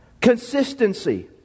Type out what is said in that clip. Consistency